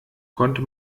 konnte